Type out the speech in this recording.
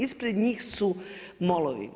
Ispred njih su molovi.